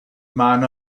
man